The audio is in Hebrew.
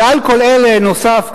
ועל כל אלה נוסף,